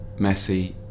Messi